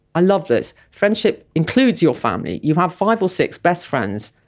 i love this, friendship includes your family. you have five or six best friends,